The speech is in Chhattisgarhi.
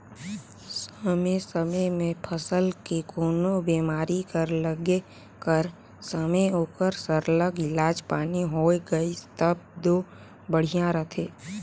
समे समे में फसल के कोनो बेमारी कर लगे कर समे ओकर सरलग इलाज पानी होए गइस तब दो बड़िहा रहथे